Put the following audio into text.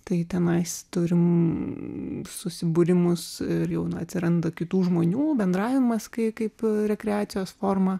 tai tenais turim susibūrimus ir jau na atsiranda kitų žmonių bendravimas kai kaip rekreacijos forma